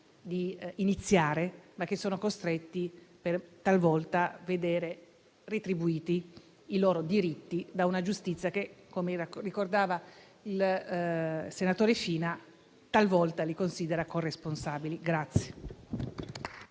di iniziare, ma a cui sono costretti per vedere retribuiti i loro diritti da una giustizia che - come ricordava il senatore Fina - talvolta li considera corresponsabili.